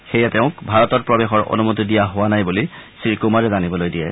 সেয়ে তেওঁক ভাৰতত প্ৰৱেশৰ অনুমতি দিয়া হোৱা নাই বুলি শ্ৰীকুমাৰে জানিবলৈ দিয়ে